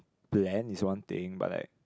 plan is one thing but like